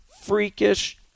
freakish